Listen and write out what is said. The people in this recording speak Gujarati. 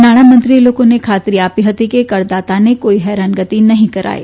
નાણાંમંત્રીએ લોકોને ખાતરી આપી હતી કે કરદાતાને કોઇ હેરાનગતિ નહીં કરાય